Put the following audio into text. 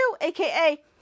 aka